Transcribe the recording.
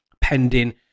pending